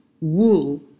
wool